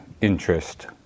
interest